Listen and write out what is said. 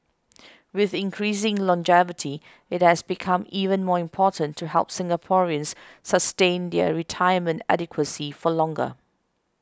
with increasing longevity it has become even more important to help Singaporeans sustain their retirement adequacy for longer